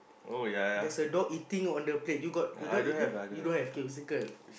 that's a dog eating on the plate you got the dog eating you don't have it was a girl